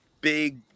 Big